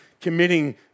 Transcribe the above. committing